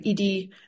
ED